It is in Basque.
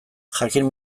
jakin